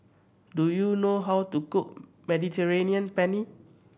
do you know how to cook Mediterranean Penne